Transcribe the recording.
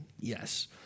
Yes